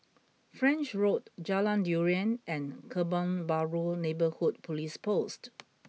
French Road Jalan Durian and Kebun Baru Neighbourhood Police Post